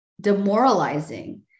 demoralizing